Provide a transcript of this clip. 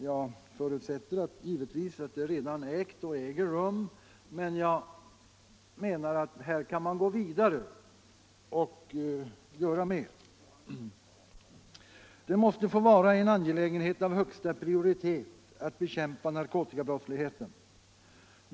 Jag förutsätter givetvis att sådant samarbete redan ägt och äger rum, men jag menar att här kan man gå vidare och göra mer. Det måste få vara en angelägenhet av högsta prioritet att bekämpa narkotikabrottsligheten.